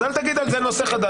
אז אל תגיד על זה נושא חדש.